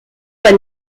pas